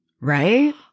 Right